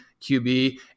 QB